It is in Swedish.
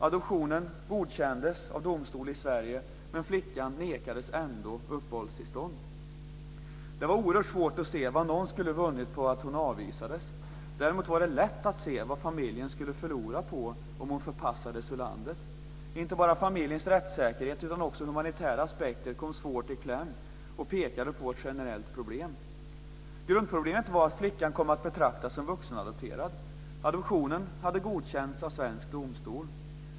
Adoptionen godkändes av domstol i Sverige, men flickan nekades ändå uppehållstillstånd. Det var oerhört svårt att se vad någon skulle ha vunnit på att hon avvisades. Däremot var det lätt att se vad familjen skulle förlora om hon förpassades ur landet. Inte bara familjens rättssäkerhet utan också humanitära aspekter kom svårt i kläm och pekade på ett generellt problem. Grundproblemet var att flickan kom att betraktas som vuxenadopterad. Adoptionen hade godkänts av svensk domstol.